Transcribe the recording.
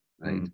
right